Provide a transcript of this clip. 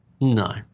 No